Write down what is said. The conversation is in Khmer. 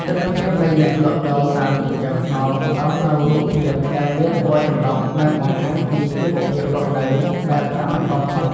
ទិដ្ឋភាពនៃអ្នកលក់ដូរតាមចិញ្ចើមថ្នល់ផ្ដល់នូវរូបភាពដែលមានពណ៌ចម្រុះ និងបង្ហាញពីជីវភាពរស់នៅបែបសាមញ្ញបំផុត។